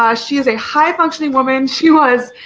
ah she is a high functioning woman, she was